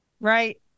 Right